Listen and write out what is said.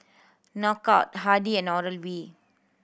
Knockout Hardy and Oral B